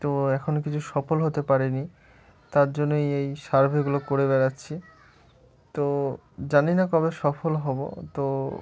তো এখনও কিছু সফল হতে পারিনি তার জন্যই এই সার্ভেগুলো করে বেরাচ্ছি তো জানি না কবে সফল হব তো